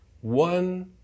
one